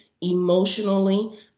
emotionally